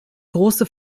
große